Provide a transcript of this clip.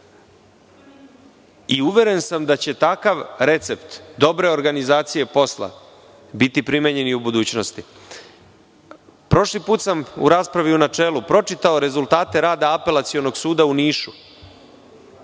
Uveren sam da će takav recept dobre organizacije posla biti primenjen i u budućnosti. Prošli put sam u raspravi u načelu pročitao rezultate rada Apelacionog suda u Nišu,